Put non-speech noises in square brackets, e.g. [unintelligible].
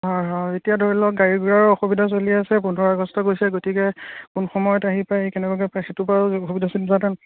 হা হা এতিয়া ধৰি লওক গাড়ী ঘোঁৰাও অসুবিধা চলি আছে পোন্ধৰ আগষ্ট গৈছে গতিকে কোন সময়ত আহি পাই কেনেকুৱাকৈ পাই সেইটো বাৰু [unintelligible]